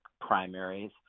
primaries